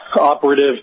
operative